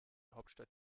hauptstadt